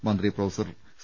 മന്ത്രി professor C